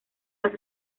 las